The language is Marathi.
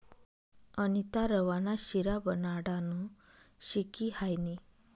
अनीता रवा ना शिरा बनाडानं शिकी हायनी